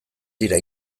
dira